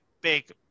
big